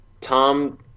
Tom